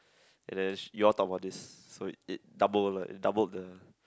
and then you all talk about this so it it double it doubled the